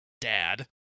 Dad